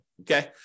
Okay